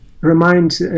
remind